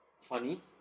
funny